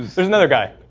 there's another guy